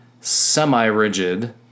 semi-rigid